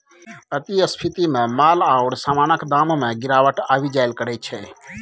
अति स्फीतीमे माल आओर समानक दाममे गिरावट आबि जाएल करैत छै